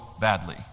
badly